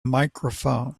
microphone